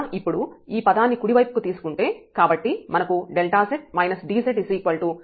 మనం ఇప్పుడు ఈ పదాన్ని కుడి వైపు కు తీసుకుంటే కాబట్టి మనకు Δz dzΔ ఉంది